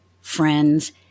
friends